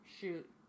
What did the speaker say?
Shoot